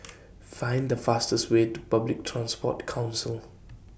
Find The fastest Way to Public Transport Council